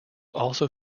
also